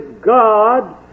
god